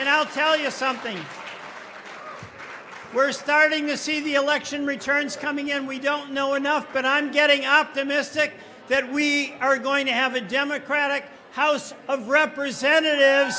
and i'll tell you something we're starting to see the election returns coming in we don't know enough but i'm getting optimistic that we are going to have a democratic house of representatives